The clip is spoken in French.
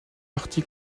parti